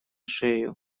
шею